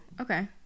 okay